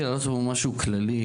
אני רוצה להעלות פה משהו כללי,